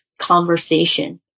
conversation